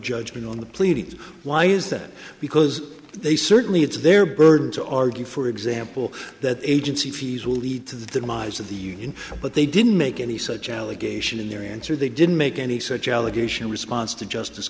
judgment on the pleadings why is that because they certainly it's their burden to argue for example that agency fees will lead to the demise of the in but they didn't make any such allegation in their answer they didn't make any such allegation response to justice